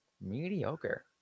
mediocre